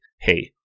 hey